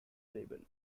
label